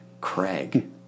Craig